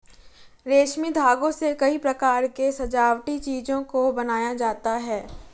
रेशमी धागों से कई प्रकार के सजावटी चीजों को बनाया जाता है